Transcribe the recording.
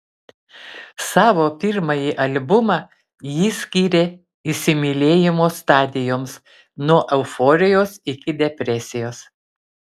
savo pirmąjį albumą ji skyrė įsimylėjimo stadijoms nuo euforijos iki depresijos